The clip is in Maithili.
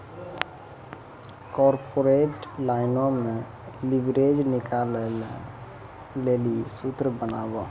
कॉर्पोरेट लाइनो मे लिवरेज निकालै लेली सूत्र बताबो